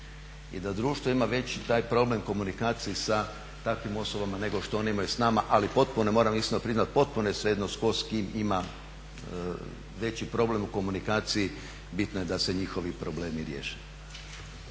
I da društvo ima veći taj problem komunikacije sa takvim osobama nego što one imaju s nama ali potpuno, moram iskreno priznati, potpuno je svejedno tko s kim ima veći problem u komunikaciji bitno je da se njihovi problemi riješe.